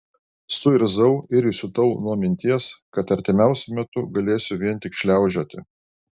suirzau ir įsiutau nuo minties kad artimiausiu metu galėsiu vien tik šliaužioti